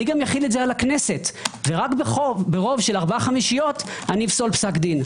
גם אחיל את זה על הכנסת ורק ברוב של ארבע חמישיות אפסול פסק דין.